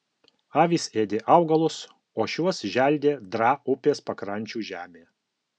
avys ėdė augalus o šiuos želdė draa upės pakrančių žemė